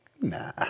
Nah